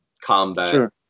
combat